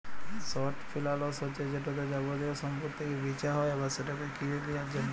short ফিলালস হছে যেটতে যাবতীয় সম্পত্তিকে বিঁচা হ্যয় আবার সেটকে কিলে লিঁয়ার জ্যনহে